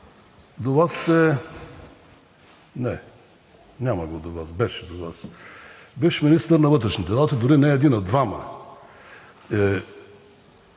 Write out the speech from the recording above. До Вас е – не, няма го до Вас, беше до Вас – бивш министър на вътрешните работи, дори не един, а двама.